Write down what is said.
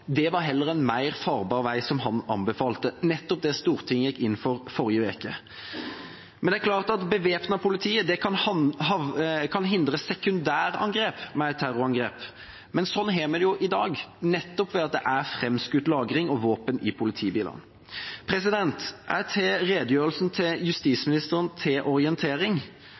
heller var en mer farbar vei, noe som han anbefalte, nettopp det Stortinget gikk inn for i forrige uke. Det er klart at bevæpnet politi kan hindre sekundærangrep ved et terrorangrep, men slik har vi det jo i dag, nettopp ved at det er framskutt lagring av våpen i politibilene. Jeg tar redegjørelsen fra justisministeren til orientering.